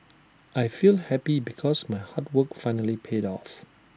I feel happy because my hard work finally paid off